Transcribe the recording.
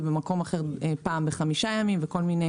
ובמקום אחר דואר פעם בחמישה ימים וכל מיני